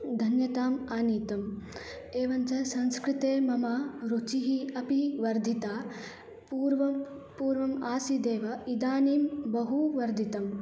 धन्यताम् आनीतम् एवञ्च संस्कृते मम रुचिः अपि वर्धितं पूर्वं पूर्वम् आसिदेव इदानीं बहु वर्धितम्